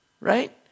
right